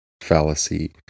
fallacy